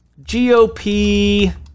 GOP